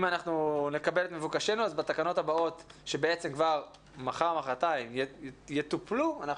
אם נקבל את מבוקשנו אז בתקנות הבאות שמחר או מחרתיים יטופלו אנחנו